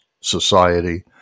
society